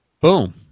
Boom